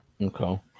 Okay